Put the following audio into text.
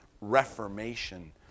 Reformation